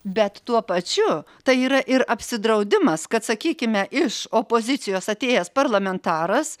bet tuo pačiu tai yra ir apsidraudimas kad sakykime iš opozicijos atėjęs parlamentaras